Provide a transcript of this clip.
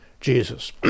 Jesus